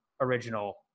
original